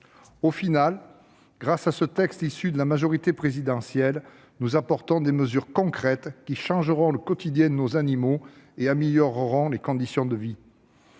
définitive, grâce à ce texte issu de la majorité présidentielle, nous apportons des mesures concrètes qui changeront le quotidien de nos animaux et amélioreront leurs conditions de vie.